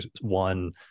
one